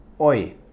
Oi